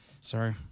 Sorry